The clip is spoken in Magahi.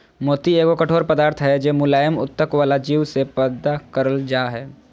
मोती एगो कठोर पदार्थ हय जे मुलायम उत्तक वला जीव से पैदा करल जा हय